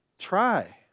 try